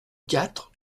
quatre